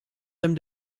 them